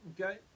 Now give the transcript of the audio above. okay